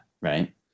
right